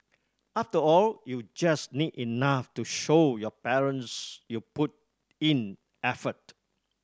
after all you just need enough to show your parents you put in effort